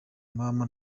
mama